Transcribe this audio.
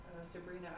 Sabrina